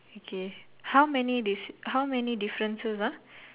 okay how many they say how many differences ah